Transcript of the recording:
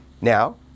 now